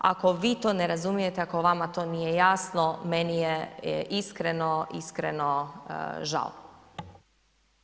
Ako vi to ne razumijete ako vama to nije jasno meni je iskreno, iskreno žao.